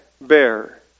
bear